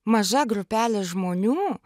maža grupelė žmonių